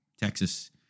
Texas